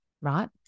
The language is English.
right